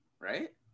right